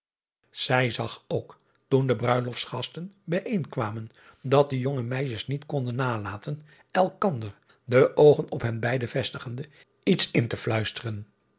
ij zag ook toen de bruilostsgasten bijeenkwamen dat de jonge meis driaan oosjes zn et leven van illegonda uisman jes niet konden nalaten elkander de oogen op hen beide vestigende iets in te fluisteren